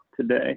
today